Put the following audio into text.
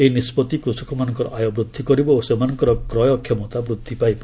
ଏହି ନିଷ୍ପଭି କୃଷକମାନଙ୍କର ଆୟ ବୃଦ୍ଧି କରିବ ଓ ସେମାନଙ୍କର କ୍ରୟ କ୍ଷମତା ବୃଦ୍ଧି ପାଇବ